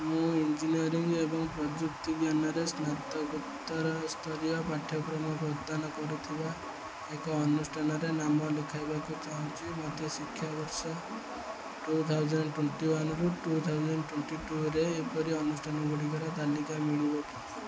ମୁଁ ଇଞ୍ଜିନିୟରିଙ୍ଗ ଏବଂ ପ୍ରଯୁକ୍ତିଜ୍ଞାନରେ ସ୍ନାତକୋତ୍ତର ସ୍ତରୀୟ ପାଠ୍ୟକ୍ରମ ପ୍ରଦାନ କରୁଥିବା ଏକ ଅନୁଷ୍ଠାନରେ ନାମ ଲେଖାଇବାକୁ ଚାହୁଁଛି ମୋତେ ଶିକ୍ଷାବର୍ଷ ଟୁ ଥାଉଜେଣ୍ଟ ଟ୍ୱେଣ୍ଟି ୱାନ୍ରୁ ଟୁ ଥାଉଜେଣ୍ଟ ଟ୍ୱେଣ୍ଟି ଟୁ'ରେ ଏହିପରି ଅନୁଷ୍ଠାନ ଗୁଡ଼ିକର ତାଲିକା ମିଳିବ କି